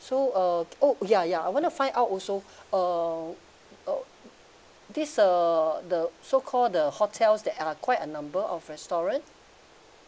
so uh oh ya ya I want to find out also uh uh this uh the so call the hotels that are quite a number of restaurant